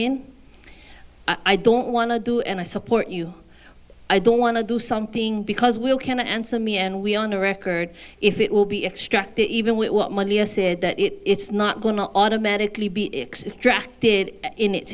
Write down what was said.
in i don't want to do and i support you i don't want to do something because we'll cannot answer me and we are no record if it will be extracted even with what money i said that it it's not going to automatically be extract did in its